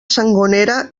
sangonera